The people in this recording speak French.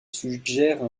suggère